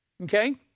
okay